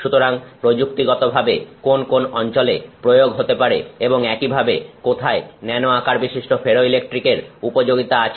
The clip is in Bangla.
সুতরাং প্রযুক্তিগতভাবে কোন কোন অঞ্চলে প্রয়োগ হতে পারে এবং একইভাবে কোথায় ন্যানো আকারবিশিষ্ট ফেরোইলেকট্রিকের উপযোগিতা আছে